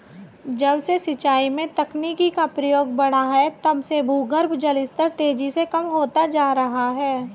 जब से सिंचाई में तकनीकी का प्रयोग बड़ा है तब से भूगर्भ जल स्तर तेजी से कम होता जा रहा है